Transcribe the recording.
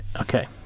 Okay